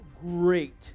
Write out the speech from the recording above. great